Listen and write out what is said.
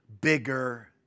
bigger